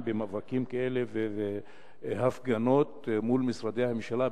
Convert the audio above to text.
במאבקים כאלה ובהפגנות מול משרדי הממשלה,